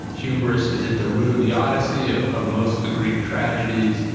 hubris is at the root of the odyssey, of of most of the greek tragedies.